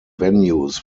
venues